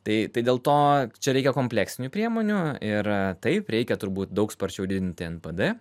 tai dėl to čia reikia kompleksinių priemonių ir taip reikia turbūt daug sparčiau didinti npd